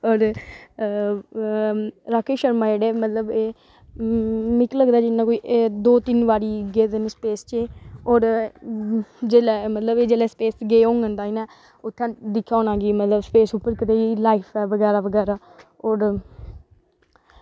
होर राकेश शर्मा जेह्ड़े मतलब एह् मिगी लगदा जियां कोई दो तिन्न बारी गेदे न स्पेस च एह् होर जेल्लै मतलब एह् जेल्लै स्पेस च गे होङन तां इं'नें उत्थै दिक्खेआ होना कि मतलब उप्पर कदेही लाईफ ऐ बगैरा बगैरा होर